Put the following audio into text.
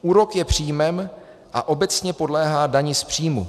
Úrok je příjmem a obecně podléhá dani z příjmu.